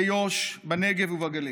ביו"ש, בנגב ובגליל.